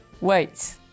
Wait